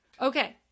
Okay